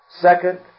Second